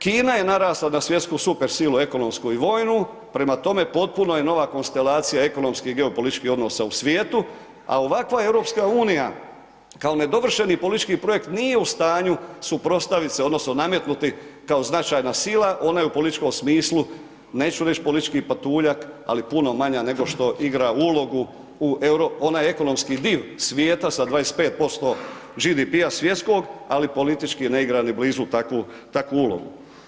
Kina je narasla na svjetsku super silu, ekonomsku i vojnu, prema tome, potpuno je nova konstelacija ekonomskih geopolitičkih odnosa u svijetu, a ovakva EU, kao nedovršeni politički projekt, nije u stanju suprotstaviti se odnosno nametnuti kao značajna sila, ona je u političkom smislu, neću reći politički patuljak, ali puno manja nego što igra ulogu, onaj ekonomski dio svijeta sa 25% GDP-a svjetskog, ali politički ne igra ni blizu takvu ulogu.